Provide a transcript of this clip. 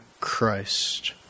Christ